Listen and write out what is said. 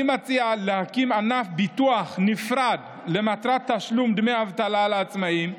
אני מציע להקים ענף ביטוח נפרד למטרת תשלום דמי אבטלה לעצמאים.